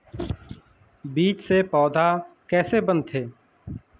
बीज से पौधा कैसे बनथे?